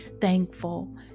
thankful